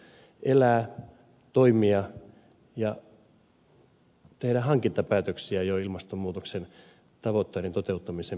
meillä on valmiudet elää toimia ja tehdä hankintapäätöksiä jo ilmastonmuutoksen tavoitteiden toteuttamisen puolesta